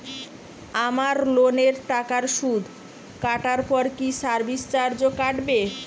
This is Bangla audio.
আমার লোনের টাকার সুদ কাটারপর কি সার্ভিস চার্জও কাটবে?